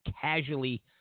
casually